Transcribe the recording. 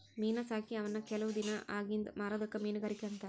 ಮೇನಾ ಸಾಕಿ ಅವನ್ನ ಕೆಲವ ದಿನಾ ಅಗಿಂದ ಮಾರುದಕ್ಕ ಮೇನುಗಾರಿಕೆ ಅಂತಾರ